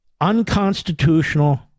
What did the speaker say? unconstitutional